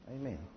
Amen